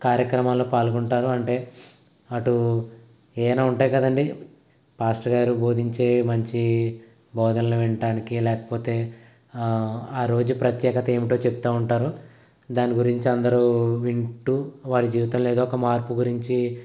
కార్యక్రమాల్లో పాల్గొంటారు అంటే అటు ఏవన్నా ఉంటాయి కదండీ పాస్టర్ గారు బోధించే మంచి బోధనలు వినటానికి లేకపోతే ఆరోజు ప్రత్యేకత ఏమిటో చెప్తూ ఉంటారు దాని గురించి అందరూ వింటూ వారి జీవితంలో ఏదో ఒక మార్పు గురించి